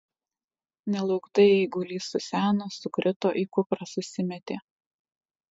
nelauktai eigulys suseno sukrito į kuprą susimetė